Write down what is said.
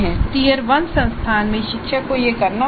tier 1 संस्थान में शिक्षक को यह करना होता है